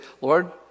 Lord